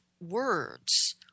words